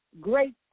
great